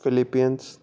Philippines